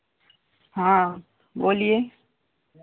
हाँ बोलिए